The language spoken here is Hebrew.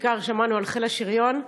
בעיקר שמענו על חיל השריון.